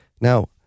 Now